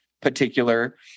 particular